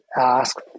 ask